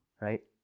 Right